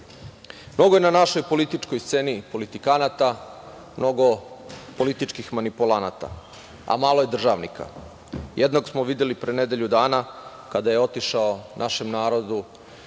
kažem. Mnogo je na našoj političkoj sceni politikanata, mnogo političkih manipulanata, a malo je državnika. Jednog smo videli pre nedelju dana kada je otišao našem narodu